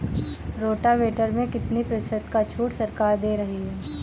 Rotavator में कितनी प्रतिशत का छूट सरकार दे रही है?